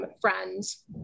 Friends